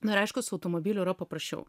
na ir aišku su automobiliu yra paprasčiau